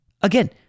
Again